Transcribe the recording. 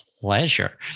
pleasure